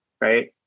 right